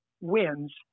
wins